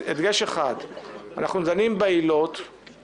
גם אם יש בה חשש לעבירה פלילית תוך כדי מילוי תפקידו,